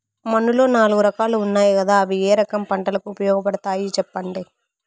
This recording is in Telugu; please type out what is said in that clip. మన్నులో నాలుగు రకాలు ఉన్నాయి కదా అవి ఏ రకం పంటలకు ఉపయోగపడతాయి చెప్పండి?